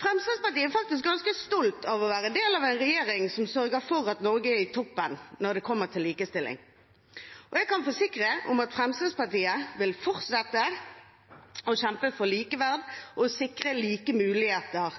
Fremskrittspartiet er faktisk ganske stolt av å være del av en regjering som sørger for at Norge er i toppen når det kommer til likestilling. Og jeg kan forsikre om at Fremskrittspartiet vil fortsette å kjempe for likeverd og sikre like muligheter